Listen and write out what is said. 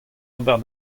ober